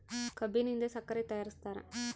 ಕಬ್ಬಿನಿಂದ ಸಕ್ಕರೆ ತಯಾರಿಸ್ತಾರ